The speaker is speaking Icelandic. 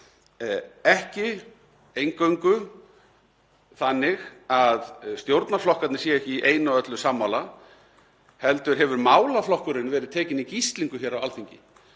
ekki eingöngu þannig að stjórnarflokkarnir séu ekki í einu og öllu sammála heldur hefur málaflokkurinn verið tekinn í gíslingu hér á Alþingi.